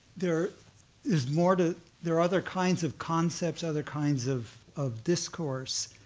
there is more to, there are other kinds of concepts, other kinds of of discourse.